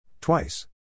Twice